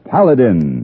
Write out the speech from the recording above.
Paladin